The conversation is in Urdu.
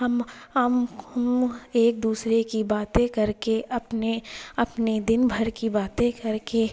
ہم ہم ایک دوسرے کی باتیں کر کے اپنے اپنے دن بھر کی باتیں کر کے